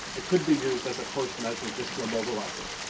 it could be used as a first measure just to immobilise it.